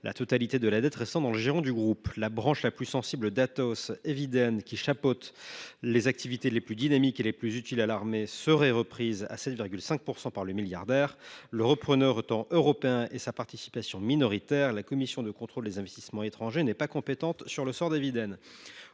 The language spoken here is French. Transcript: la totalité de la dette dans le giron du groupe… La branche la plus sensible d’Atos, Eviden, qui chapeaute les activités les plus dynamiques et les plus utiles à l’armée, serait reprise à 7,5 % par le milliardaire. Le repreneur étant européen et sa participation minoritaire, la commission de contrôle des investissements étrangers n’est pas compétente sur le sort d’Eviden.